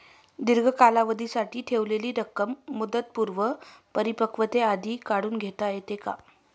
दीर्घ कालावधीसाठी ठेवलेली रक्कम मुदतपूर्व परिपक्वतेआधी काढून घेता येते का?